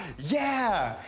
yeah!